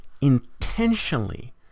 intentionally